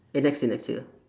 eh next year next year